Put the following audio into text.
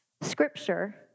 Scripture